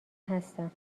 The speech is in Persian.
هستم